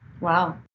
Wow